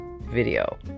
video